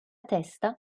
testa